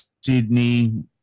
Sydney